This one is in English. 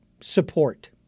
support